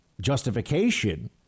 justification